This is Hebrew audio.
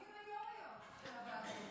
מיהן היו"ריות של הוועדות?